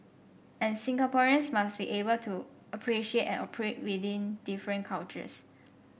and Singaporeans must be able appreciate and operate within different cultures